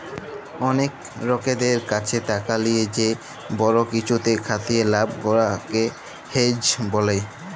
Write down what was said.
অলেক লকদের ক্যাছে টাকা লিয়ে যে বড় কিছুতে খাটিয়ে লাভ করাক কে হেজ ব্যলে